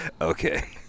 Okay